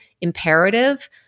imperative